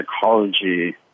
psychology